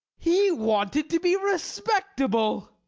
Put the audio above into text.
he wanted to be respectable.